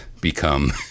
become